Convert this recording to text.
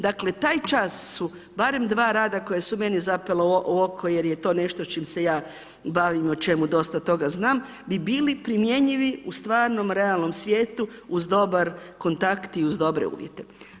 Dakle taj čas su barem dva rada koja su meni zapela u oko jer je to nešto s čim se ja bavim i o čemu dosta toga znam, bi bili primjenjivi u stvarnom, realnom svijetu, uz dobar kontakt i uz dobre uvjete.